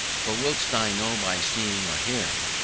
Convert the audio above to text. for whilst i know, by seeing or hearing.